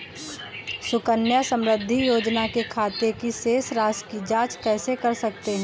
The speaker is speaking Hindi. सुकन्या समृद्धि योजना के खाते की शेष राशि की जाँच कैसे कर सकते हैं?